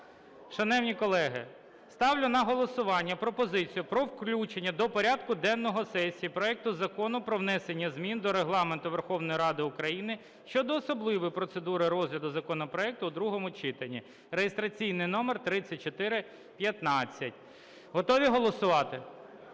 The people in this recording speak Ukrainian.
Шановні колеги, ставлю на голосування пропозицію про включення до порядку денного сесії проекту Закону про внесення змін до Регламенту Верховної Ради України щодо особливої процедури розгляду законопроекту у другому читанні (реєстраційний номер 3415). Готові голосувати?